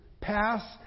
pass